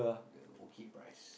the okay price